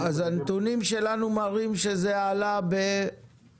על ידי --- הנתונים שלנו מראים שזה עלה ב-700%.